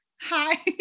Hi